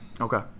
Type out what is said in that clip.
okay